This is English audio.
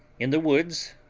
in the woods,